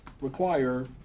require